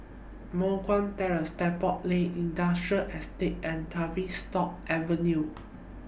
Moh Guan Terrace Depot Lane Industrial Estate and Tavistock Avenue